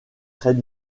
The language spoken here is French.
très